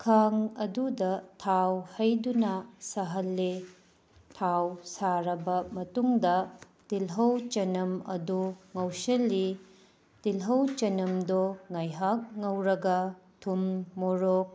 ꯈꯥꯡ ꯑꯗꯨꯗ ꯊꯥꯎ ꯍꯩꯗꯨꯅ ꯁꯥꯍꯜꯂꯤ ꯊꯥꯎ ꯁꯥꯔꯕ ꯃꯇꯨꯡꯗ ꯇꯤꯜꯍꯧ ꯆꯅꯝ ꯑꯗꯨ ꯉꯧꯁꯤꯜꯂꯤ ꯇꯤꯜꯍꯧ ꯆꯅꯝꯗꯣ ꯉꯥꯏꯍꯥꯛ ꯉꯧꯔꯒ ꯊꯨꯝ ꯃꯣꯔꯣꯛ